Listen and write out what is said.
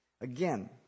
Again